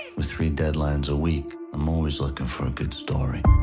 with three deadlines a week, i'm always looking for a good story.